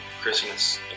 Christmas